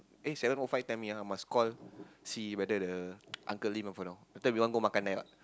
eh seven O five tell me ah I must call see whether the Uncle-Lim have or not later we want go makan there